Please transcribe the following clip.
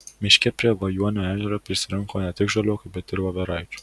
miške prie vajuonio ežero prisirinko ne tik žaliuokių bet ir voveraičių